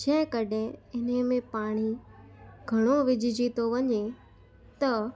जंहिं कॾहिं हिन में पाणी घणो विझिजी थो वञे त